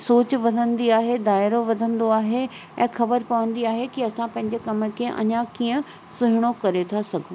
सोचु वधंदी आहे दायरो वधंदो आहे ऐं ख़बर पवंदी आहे कि असां पंहिंजे कम खे अञा कीअं सुहिणो करे था सघूं